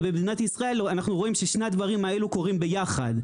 ובמדינת ישראל אנחנו רואים ששני הדברים האלה קורים ביחד.